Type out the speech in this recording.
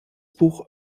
buch